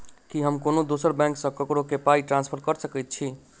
की हम कोनो दोसर बैंक सँ ककरो केँ पाई ट्रांसफर कर सकइत छि?